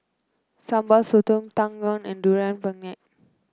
Sambal Sotong Tang Yuen and Durian Pengat